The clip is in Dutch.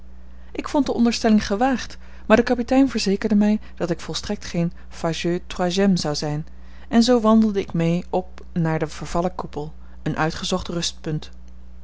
ik vond de onderstelling gewaagd maar de kapitein verzekerde mij dat ik volstrekt geen fâcheux troisième zou zijn en zoo wandelde ik mee op naar den vervallen koepel een uitgezocht rustpunt